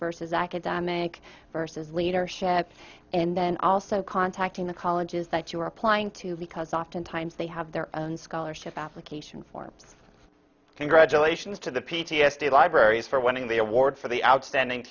versus academic versus leadership and then also contacting the colleges that you are applying to because oftentimes they have their own scholarship application forms congratulations to the p t s d libraries for winning the award for the outstanding